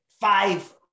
five